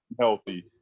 healthy